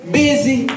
busy